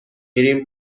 ریم